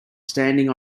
standing